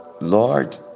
Lord